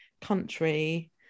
country